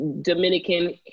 Dominican